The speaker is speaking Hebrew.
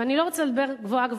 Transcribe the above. ואני לא רוצה לדבר גבוהה-גבוהה,